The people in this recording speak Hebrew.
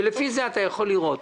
ולפי זה אתה יכול לראות.